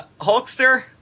Hulkster